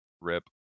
Rip